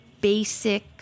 basic